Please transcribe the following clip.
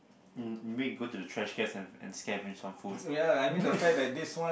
mm you mean you go the trash can and scavage for food